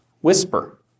whisper